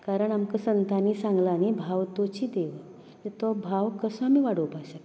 कारण आमकां संतांनी सांगलां न्ही भाव तुची देव तो भाव कसो आमी वाडोवपाक शकता